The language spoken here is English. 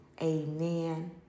Amen